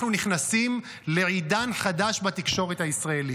אנחנו נכנסים לעידן חדש בתקשורת הישראלית.